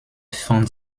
fand